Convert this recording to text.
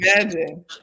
imagine